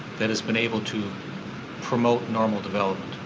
that has been able to promote normal development.